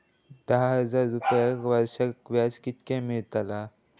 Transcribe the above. दहा हजार रुपयांक वर्षाक व्याज कितक्या मेलताला?